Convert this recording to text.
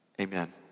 amen